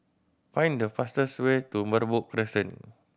find the fastest way to Merbok Crescent